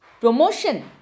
promotion